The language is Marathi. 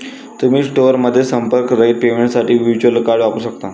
तुम्ही स्टोअरमध्ये संपर्करहित पेमेंटसाठी व्हर्च्युअल कार्ड वापरू शकता